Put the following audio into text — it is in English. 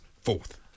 Fourth